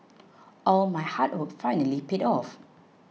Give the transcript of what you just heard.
all my hard work finally paid off